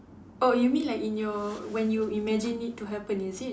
oh you mean like in your when you imagine it to happen is it